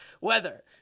weather